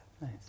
Nice